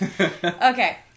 Okay